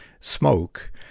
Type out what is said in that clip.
smoke